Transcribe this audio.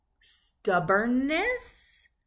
stubbornness